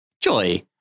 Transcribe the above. Joy